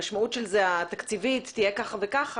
המשמעות של זה התקציבית תהיה כך וכך,